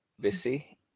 busy